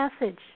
message